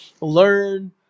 learn